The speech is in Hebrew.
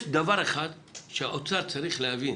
יש דבר אחד שהאוצר צריך להבין